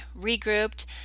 regrouped